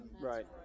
Right